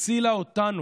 הצילה אותנו,